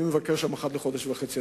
אני מבקר שם אחת לחודש וחצי,